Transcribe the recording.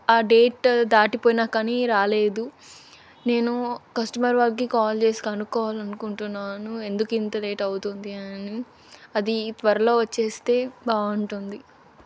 ఆ డేట్ దాటిపోయినా కానీ రాలేదు నేను కస్టమర్ వాళ్ళకి కాల్ చేసి కనుక్కోవాలనుకుంటున్నాను ఎందుకు ఇంత లేట్ అవుతుంది అనని అది త్వరలో వచ్చేస్తే బాగుంటుంది